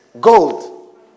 gold